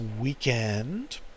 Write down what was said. weekend